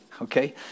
Okay